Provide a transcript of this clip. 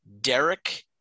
Derek